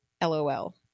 LOL